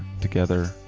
together